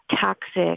toxic